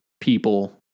people